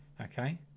Okay